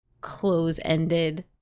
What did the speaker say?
close-ended